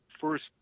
first